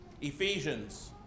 Ephesians